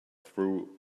through